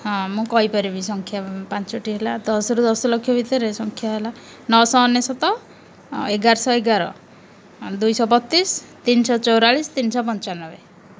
ହଁ ମୁଁ କହିପାରିବି ସଂଖ୍ୟା ପାଞ୍ଚଟି ହେଲା ଦଶରୁ ଦଶଲକ୍ଷ ଭିତରେ ସଂଖ୍ୟା ହେଲା ନଅଶହ ଅନେଶ୍ୱତ ଏଗାରଶହ ଏଗାର ଦୁଇଶହ ବତିଶ ତିନିଶ ଚଉରାଳିଶ ତିନିଶହ ପଞ୍ଚାନବେ